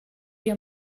your